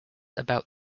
about